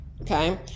Okay